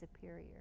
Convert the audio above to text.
superior